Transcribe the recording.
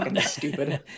Stupid